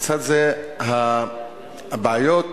לצד זה, הבעיות